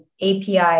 API